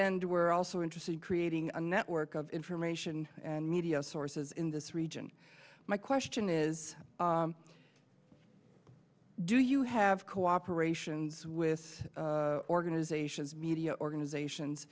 end we're also interested in creating a network of information and media sources in this region my question is do you have cooperation with organizations media organizations